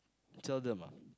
you tell them ah